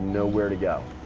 nowhere to go.